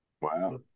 Wow